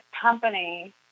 company